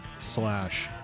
slash